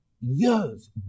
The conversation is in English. years